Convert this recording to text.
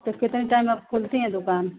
फिर कितने टाइम में आप खोलती हैं दुकान